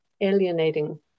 alienating